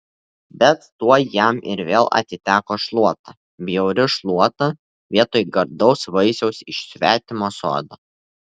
bet tuoj jam ir vėl atiteko šluota bjauri šluota vietoj gardaus vaisiaus iš svetimo sodo